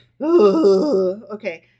Okay